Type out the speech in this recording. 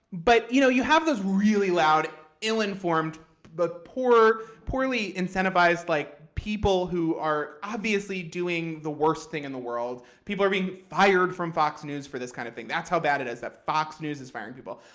but you know you have those really loud, ill-informed but poorly-incentivized poorly-incentivized like people who are obviously doing the worst thing in the world. people are being fired from fox news for this kind of thing. that's how bad it is, that fox news is firing people.